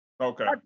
Okay